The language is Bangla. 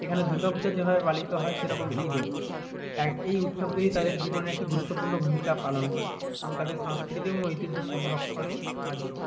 এখানে দুর্গা পুজো যেভাবে পালিত হয় সেরকম ঈদও এক এই উৎসবগুলি তাদের জীবনে একটি গুরুত্বপূর্ণ ভূমিকা পালন করে এবং তাদের সাংস্কৃতি এবং ঐতিহ্য সংরক্ষণে সাহায্য করে